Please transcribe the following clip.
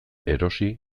erosi